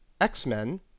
X-Men